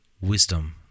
wisdom